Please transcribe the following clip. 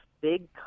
big